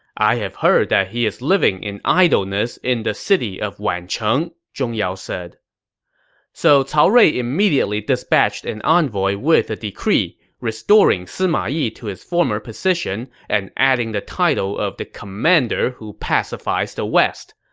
i have heard that he is living in idleness in the city of wancheng, zhong yao said so cao rui immediately dispatched an envoy with a decree, restoring sima yi to his former position and adding the title of the commander who pacifies the west.